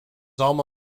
alma